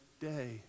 day